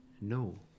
no